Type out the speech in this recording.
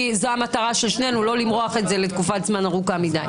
כי זאת המטרה של שנינו לא למרוח את זה לתקופת זמן ארוכה מדיי.